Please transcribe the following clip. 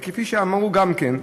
וכפי שאמרו גם כן,